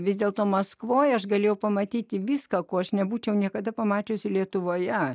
vis dėlto maskvoje aš galėjau pamatyti viską ko aš nebūčiau niekada pamačiusi lietuvoje